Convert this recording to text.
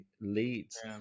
leads